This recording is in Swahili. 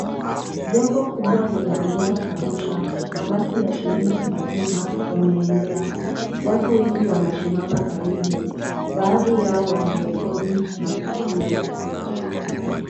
Jengo kubwa limeanguka kabisa. Mabaki ya simiti na chuma yameenea. Watu wengi wamesimama karibu. Baadhi yao wanarekodi matukio.